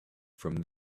from